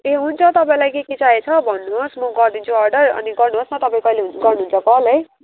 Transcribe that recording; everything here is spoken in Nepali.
ए हुन्छ तपाईँलाई के के चाहिएको छ भन्नुहोस् म गरिदिन्छु अर्डर अनि गर्नुहोस् न तपाईँ कहिले गर्नुहुन्छ कल है